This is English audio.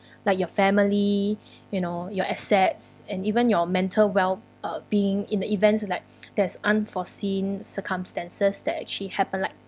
like your family you know your assets and even your mental well uh being in the events like there's unforeseen circumstances that actually happen like